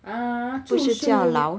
err 竹鼠